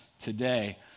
today